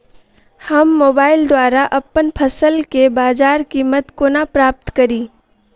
हम मोबाइल द्वारा अप्पन फसल केँ बजार कीमत कोना प्राप्त कड़ी?